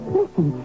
listen